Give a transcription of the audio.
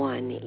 One